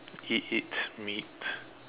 it eats meat